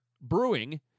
brewing